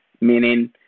meaning